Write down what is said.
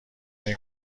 این